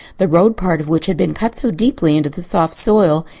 the road part of which had been cut so deeply into the soft soil,